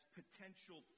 potential